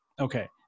Okay